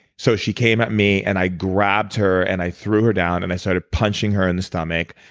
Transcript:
so she came at me and i grabbed her and i threw her down. and i started punching her in the stomach.